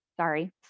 sorry